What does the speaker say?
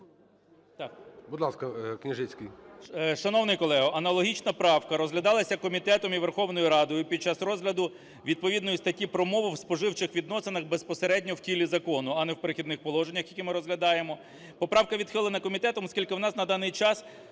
Шановний колего, аналогічна правка розглядалася комітетом і Верховною Радою підчас розгляду відповідної статті про мову в споживчих відносинах безпосередньо в тілі закону, а не в "Перехідних положеннях", які ми розглядаємо. Поправка відхилена комітетом, оскільки у нас на даний час